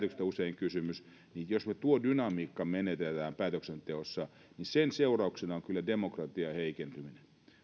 päätöksistä kysymys ja jos tuo dynamiikka menetetään päätöksenteossa niin sen seurauksena on kyllä demokratian heikentyminen